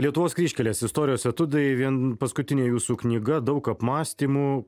lietuvos kryžkelės istorijos etiudai vien paskutinė jūsų knyga daug apmąstymų